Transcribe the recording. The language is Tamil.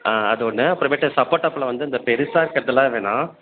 ஆ அது ஒன்று அப்புறமேட்டு சப்போட்டா பழம் வந்து இந்த பெருசாக இருக்கிறதெல்லாம் வேணா